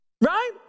right